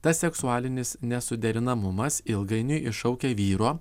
tas seksualinis nesuderinamumas ilgainiui iššaukia vyro